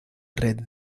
red